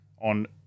on